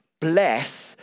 Bless